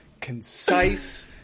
concise